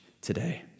today